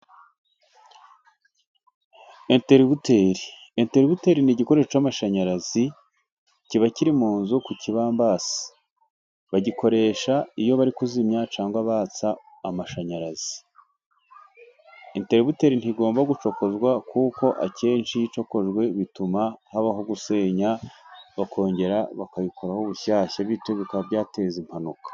Enterebuteri. Enterebuteri ni igikoresho cy'amashanyarazi, kiba kiri mu nzu ku kibambasi. Bagikoresha iyo bari kuzimya cyangwa batsa amashanyarazi. Enterebuteri ntigomba gucokozwa kuko akenshi iyo ikojwe, bituma habaho gusenya, bakongera bakabikuraho bushyashya, bityo bikaba byateza impanuka.